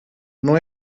não